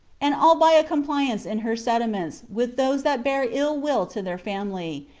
and all by a compliance in her sentiments with those that bare ill-will to their family,